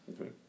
Okay